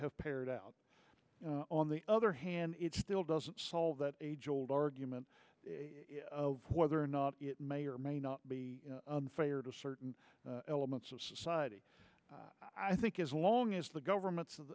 have pared out on the other hand it still doesn't solve the age old argument whether or not it may or may not be fair to certain elements of society i think as long as the governments